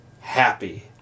happy